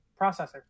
processor